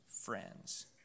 Friends